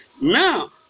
now